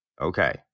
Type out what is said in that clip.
Okay